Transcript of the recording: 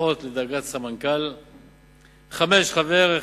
לפחות חמישה חברים,